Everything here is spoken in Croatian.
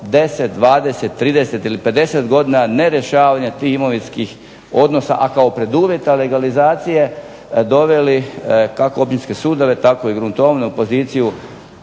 10, 20, 30 ili 50 godina nerješavanja tih imovinskih odnosa, a kao preduvjet legalizacije doveli kako općinske sudove, tako i gruntovne u poziciju